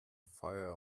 fire